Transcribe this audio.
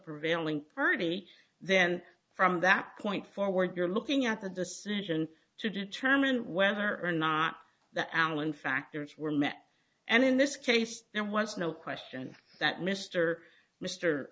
prevailing purdie then from that point forward you're looking at the decision to determine whether or not the allen factors were met and in this case there was no question that mr mr